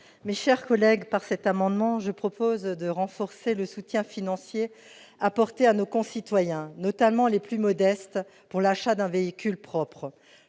Schillinger. Par cet amendement, je propose de renforcer le soutien financier apporté à nos concitoyens, notamment les plus modestes, pour l'achat d'un véhicule propre.